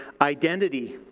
identity